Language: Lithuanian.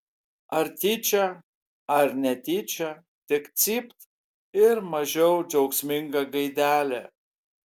ar tyčia ar netyčia tik cypt ir mažiau džiaugsminga gaidelė